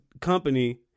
company